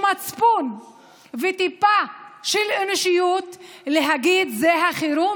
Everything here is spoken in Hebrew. מצפון וטיפה של אנושיות להגיד: זה החירום,